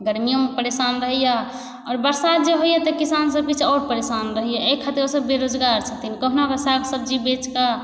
गर्मिओमे परेशान रहैया बरसात जे होइया किसान सब किछु परेशान रहैया एहि खातिर ओ सभ बेरोजगार छथिन कहुना कऽ साग सब्जी बेच कऽ